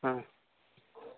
ହଁ